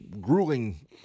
grueling